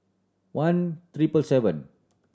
one triple seven